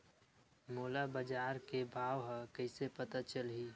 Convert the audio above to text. मोला बजार के भाव ह कइसे पता चलही?